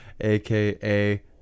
aka